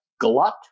glut